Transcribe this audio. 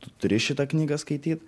tu turi šitą knygą skaityt